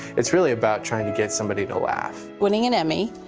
it is really about trying to get somebody to laugh. winning an emmy,